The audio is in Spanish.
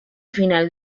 final